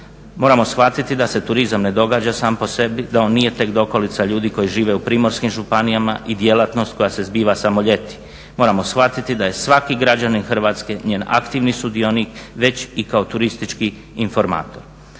Moramo shvatiti da se turizam ne događa sam po sebi, da on nije tek dokolica ljudi koji žive u primorskim županijama i djelatnost koja se zbiva samo ljeti. Moramo shvatiti da je svaki građanin Hrvatske njen aktivni sudionik već i kao turistički informator.